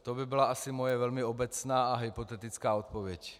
To by byla asi moje velmi obecná a hypotetická odpověď.